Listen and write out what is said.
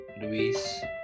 Luis